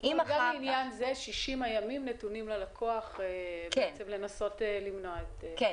גם לעניין זה נתונים ללקוח 60 ימים לנסות למנוע --- כן.